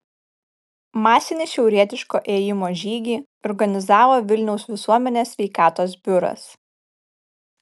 masinį šiaurietiško ėjimo žygį organizavo vilniaus visuomenės sveikatos biuras